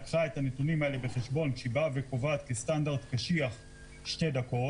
לקחה את הנתונים האלה בחשבון כשהיא באה וקובעת כסטנדרט קשיח שתי דקות?